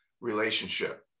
relationship